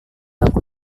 aku